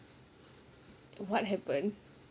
what happened